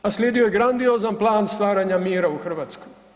A slijedio je grandiozan plan stvaranja mira u Hrvatskoj.